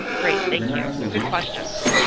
great. thank you. good questions.